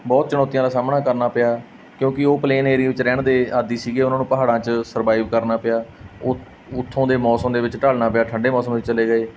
ਬਹੁਤ ਚੁਣੌਤੀਆਂ ਦਾ ਸਾਹਮਣਾ ਕਰਨਾ ਪਿਆ ਕਿਉਂਕਿ ਉਹ ਪਲੇਨ ਏਰੀਏ ਵਿਚ ਰਹਿਣ ਦੇ ਆਦੀ ਸੀਗੇ ਉਹਨਾਂ ਨੂੰ ਪਹਾੜਾਂ 'ਚ ਸਰਵਾਈਵ ਕਰਨਾ ਪਿਆ ਉ ਉੱਥੋਂ ਦੇ ਮੌਸਮ ਦੇ ਵਿੱਚ ਢਲਣਾ ਪਿਆ ਠੰਡੇ ਮੌਸਮ ਦੇ ਵਿੱਚ ਚਲੇ ਗਏ